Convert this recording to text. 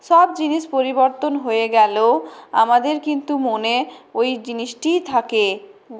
সব জিনিস পরিবর্তন হয়ে গেলেও আমাদের কিন্তু মনে ওই জিনিসটিই থাকে